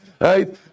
right